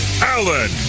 Allen